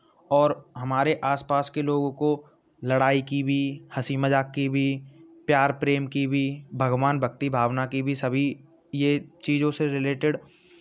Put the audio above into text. और हमारे आस पास के लोगों को लड़ाई की भी हंसी मज़ाक की भी प्यार प्रेम की भी भगवान भक्ति भावना की भी सभी ये चीज़ों से रिलेटेड